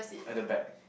at the back